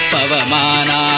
Pavamana